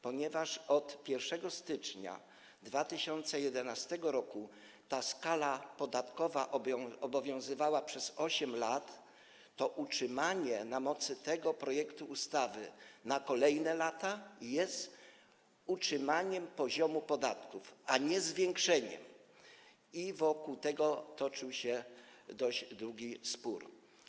Ponieważ od 1 stycznia 2011 r. ta skala podatkowa obowiązywała przez 8 lat, to utrzymanie jej na mocy tego projektu ustawy na kolejne lata jest utrzymaniem poziomu podatków, a nie zwiększeniem, i wokół tego toczył się dość długi spór.